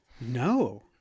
no